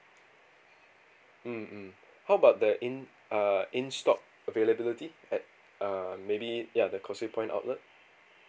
mm mm how about the in uh in stock availability at uh maybe ya the causeway point outlet